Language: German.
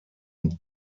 und